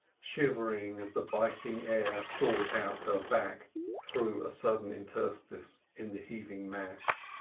shivering as the biting air sought out her back through a sudden interstice in the heaving mass.